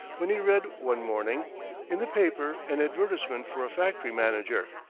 when he read one morning in the paper an advertisement for a factory manager.